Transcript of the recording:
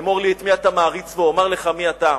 אמור לי את מי אתה מעריץ ואומר לך מי אתה.